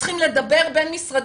צריכים לדבר בין משרדים.